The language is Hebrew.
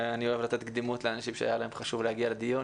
אני אוהב לתת קדימות לאנשים שהיה להם חשוב להגיע לדיון.